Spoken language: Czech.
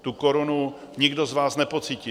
Tu korunu nikdo z vás nepocítí.